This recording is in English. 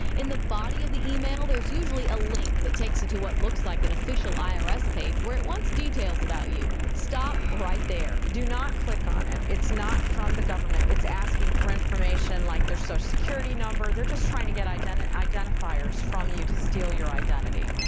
in the body of the email, there's usually a link that takes you to what looks like an official i r s. page where it wants details about you. stop right there. do not click on it. it's not from the government. it's asking for information like their social security number. they're just trying to get identifiers from you to steal your identity.